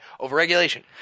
overregulation